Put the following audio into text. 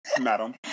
Madam